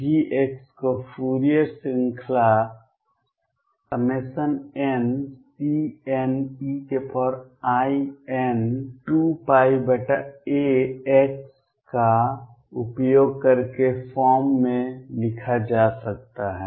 V को Fourier श्रृंखला nCnein2πax का उपयोग करके फॉर्म में लिखा जा सकता है